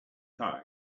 car